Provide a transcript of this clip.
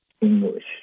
English